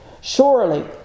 Surely